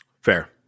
Fair